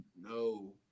no